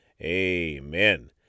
amen